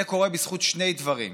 זה קורה בזכות שני דברים,